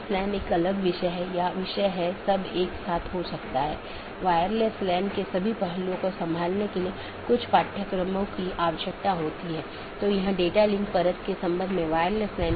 कैसे यह एक विशेष नेटवर्क से एक पैकेट भेजने में मदद करता है विशेष रूप से एक ऑटॉनमस सिस्टम से दूसरे ऑटॉनमस सिस्टम में